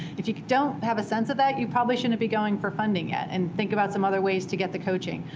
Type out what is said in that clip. if you don't have a sense of that, you probably shouldn't be going for funding yet, and think about some other ways to get the coaching.